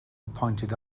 appointed